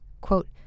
Quote